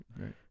right